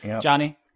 Johnny